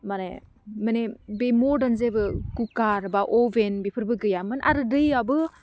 माने माने बे मरदान जेबो कुखार बा अबेन बेफोरबो गैयामोन आरो दैयाबो